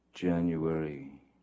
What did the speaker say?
January